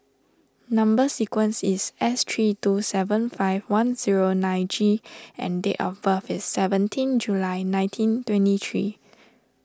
Number Sequence is S three two seven five one zero nine G and date of birth is seventeenth July nineteen twenty three